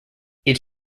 its